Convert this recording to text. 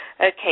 Okay